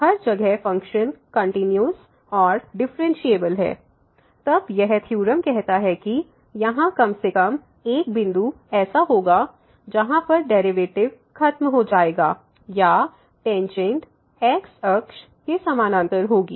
हर जगह function continuous और differentiable है तब यह थ्योरम कहता है कि यहाँ कम से कम एक बिंदु ऐसा होगा जहां पर डेरिवेटिव खत्म हो जाएगा या टेंजेंट x अक्ष के समानांतर होगी